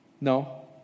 No